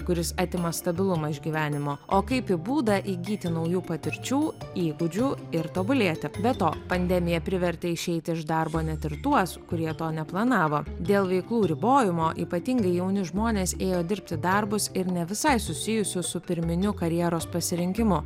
kuris atima stabilumą iš gyvenimo o kaip į būdą įgyti naujų patirčių įgūdžių ir tobulėti be to pandemija privertė išeiti iš darbo net ir tuos kurie to neplanavo dėl veiklų ribojimo ypatingai jauni žmonės ėjo dirbti darbus ir ne visai susijusius su pirminiu karjeros pasirinkimu